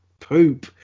poop